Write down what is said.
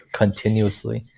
,continuously